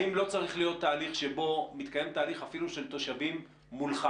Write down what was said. האם לא צריך להיות תהליך שבו מתקיים תהליך אפילו של תושבים מולך,